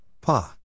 Pa